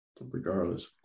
Regardless